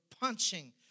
punching